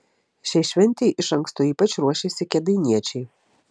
šiai šventei iš anksto ypač ruošėsi kėdainiečiai